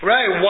Right